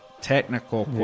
technical